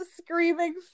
screaming